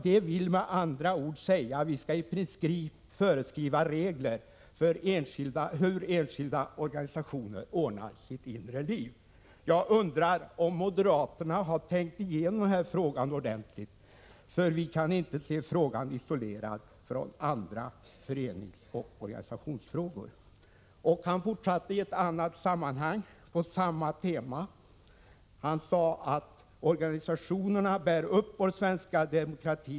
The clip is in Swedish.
Det vill med andra ord säga att vi skall i princip föreskriva regler för hur enskilda organisationer ordnar sitt inre liv. Jag undrar om moderaterna har tänkt igenom den här frågan ordentligt, för vi kan inte se frågan isolerad från andra föreningsoch organisationsfrågor.” Sven-Erik Nordin framhöll i ett annat sammanhang på samma tema att organisationerna ”bär upp vår svenska demokrati.